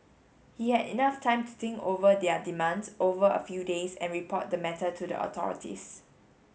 he had enough time to think over their demands over a few days and report the matter to the authorities